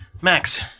Max